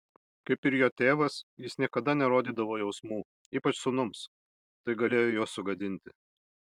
kaip ir jo tėvas jis niekada nerodydavo jausmų ypač sūnums tai galėjo juos sugadinti